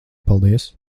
paldies